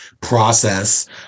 process